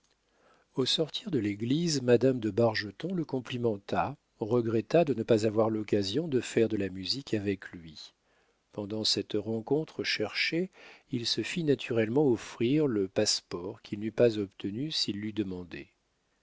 au sortir de l'église madame de bargeton le complimenta regretta de ne pas avoir l'occasion de faire de la musique avec lui pendant cette rencontre cherchée il se fit naturellement offrir le passe-port qu'il n'eût pas obtenu s'il l'eût demandé